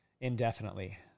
indefinitely